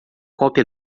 cópia